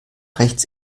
rechts